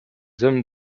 hommes